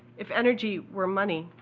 if energy were money,